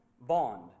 bond